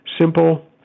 simple